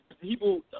people